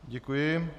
Děkuji.